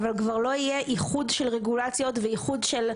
אבל כבר לא יהיה איחוד של רגולציות ואיחוד של,